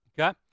Okay